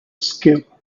skill